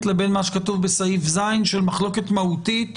לבין מה שכתוב בסעיף (ז) של מחלוקת מהותית